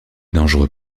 dangereux